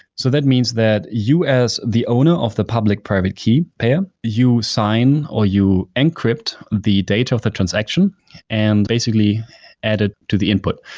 so that means that you as the owner of the public-private key pair, you sign or you encrypt the data of a transaction and basically add it to the input.